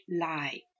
lie